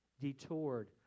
detoured